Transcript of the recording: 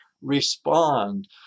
respond